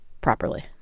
properly